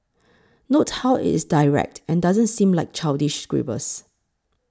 note how it is direct and doesn't seem like childish scribbles